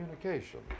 communication